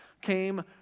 came